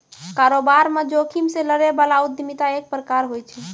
कारोबार म जोखिम से लड़ै बला उद्यमिता एक प्रकार होय छै